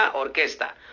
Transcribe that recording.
Orquesta